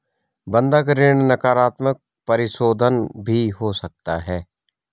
बंधक ऋण नकारात्मक परिशोधन भी हो सकता है